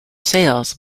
sails